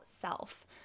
self